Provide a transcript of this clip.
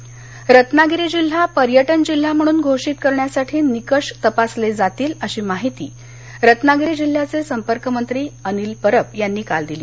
अनिल परब रत्नागिरी रत्नागिरी जिल्हा पर्यटन जिल्हा म्हणून घोषित करण्यासाठी निकष तपासले जातील अशी माहिती रत्नागिरी जिल्ह्याचे संपर्कमंत्री मंत्री अनिल परब यांनी काल दिली